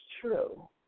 true